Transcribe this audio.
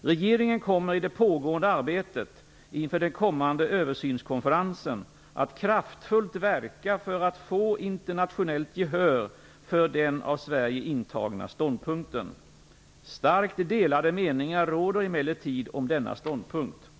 Regeringen kommer i det pågående arbetet inför den kommande översynskonferensen att kraftfullt verka för att få internationellt gehör för den av Sverige intagna ståndpunkten. Starkt delade meningar råder emellertid om denna ståndpunkt.